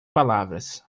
palavras